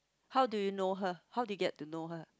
how do you know her how did you get to know her